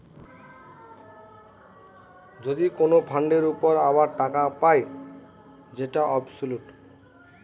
যদি কোন ফান্ডের উপর আবার টাকা পায় যেটা অবসোলুট